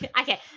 okay